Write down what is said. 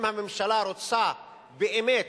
אם הממשלה רוצה באמת,